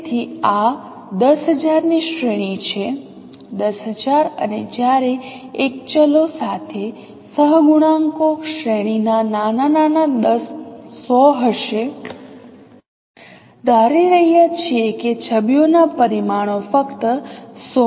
તેથી તેથી આ 10000 ની શ્રેણી છે 10000 અને જ્યારે એક ચલો સાથે સહગુણાંકો શ્રેણી ના નાના 100 હશે ધારી રહ્યા છીએ કે છબીઓના પરિમાણો ફક્ત 100 માં છે